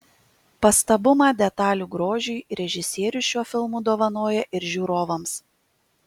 pastabumą detalių grožiui režisierius šiuo filmu dovanoja ir žiūrovams